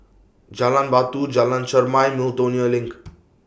Jalan Batu Jalan Chermai and Miltonia LINK